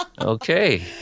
okay